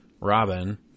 Robin